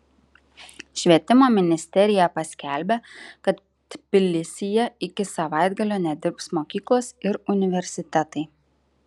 švietimo ministerija paskelbė kad tbilisyje iki savaitgalio nedirbs mokyklos ir universitetai